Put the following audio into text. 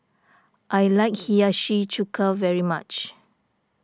I like Hiyashi Chuka very much